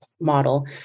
model